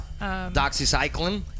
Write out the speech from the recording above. Doxycycline